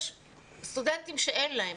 יש סטודנטים שאין להם,